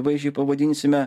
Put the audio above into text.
vaizdžiai pavadinsime